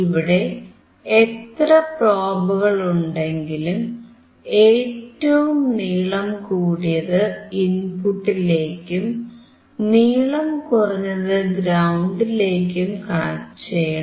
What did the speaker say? ഇവിടെ എത്ര പ്രോബുകൾ ഉണ്ടെങ്കിലും ഏറ്റവും നീളം കൂടിയത് ഇൻപുട്ടിലേക്കും നീളം കുറഞ്ഞത് ഗ്രൌണ്ടിലേക്കും കണക്ട് ചെയ്യണം